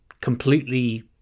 completely